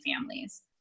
families